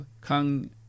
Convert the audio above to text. Kang